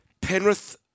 Penrith